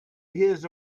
hears